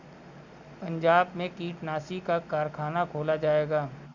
पंजाब में कीटनाशी का कारख़ाना खोला जाएगा